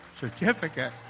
certificate